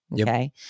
Okay